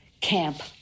Camp